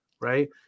right